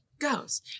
goes